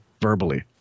verbally